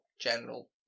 general